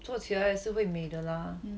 做起来也是会美的 lah